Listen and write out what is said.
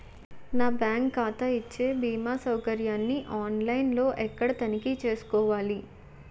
నా బ్యాంకు ఖాతా ఇచ్చే భీమా సౌకర్యాన్ని ఆన్ లైన్ లో ఎక్కడ తనిఖీ చేసుకోవాలి?